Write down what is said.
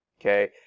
okay